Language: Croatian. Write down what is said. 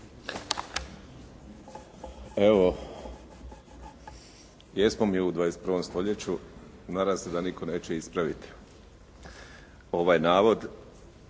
Hvala vam